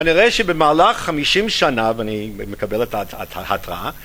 אני רואה שבמהלך 50 שנה, ואני מקבל את ההתראה